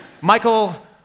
Michael